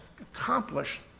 accomplished